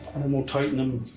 and then we'll tighten them